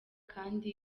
kandi